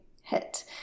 hit